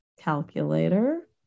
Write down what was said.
Calculator